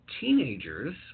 Teenagers